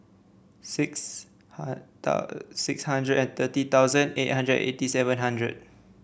six six hundred and thirty thousand eight hundred eighty seven hundred